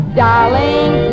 darling